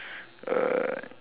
uh